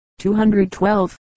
212